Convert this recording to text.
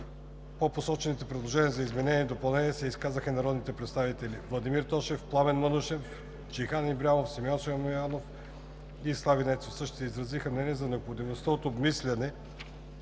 По посочените предложения за изменения и допълнения се изказаха и народните представители Владимир Тошев, Пламен Манушев, Джейхан Ибрямов, Симеон Симеонов и Слави Нецов, които също изразиха мнение за необходимостта от обмисляне